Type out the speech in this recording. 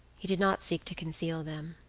he did not seek to conceal them